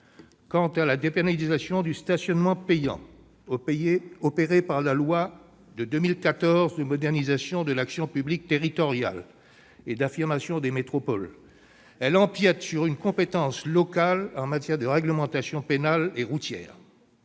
Quant à la dépénalisation du stationnement payant, opérée par la loi de 2014 de modernisation de l'action publique territoriale et d'affirmation des métropoles, elle empiète sur une compétence locale en matière de réglementation pénale et routière.